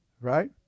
Right